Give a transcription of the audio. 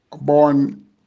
born